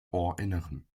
ohrinneren